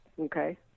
Okay